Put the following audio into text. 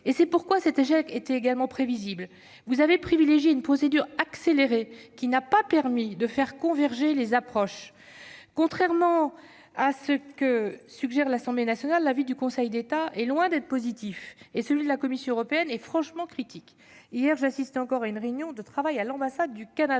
c'est pourquoi cet échec était également prévisible -, vous avez privilégié une procédure accélérée qui n'a pas permis de faire converger les approches. Contrairement à ce que suggère l'Assemblée nationale, l'avis du Conseil d'État est loin d'être positif et celui de la Commission européenne est franchement critique. Hier, j'assistais encore à une réunion de travail à l'ambassade du Canada